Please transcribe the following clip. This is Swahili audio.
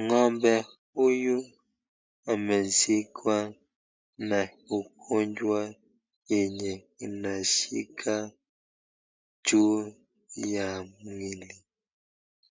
Ng'ombe huyu ameshikwa na ugonjwa yenye inashika juu ya miili,